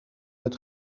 het